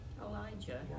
Elijah